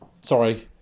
Sorry